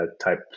type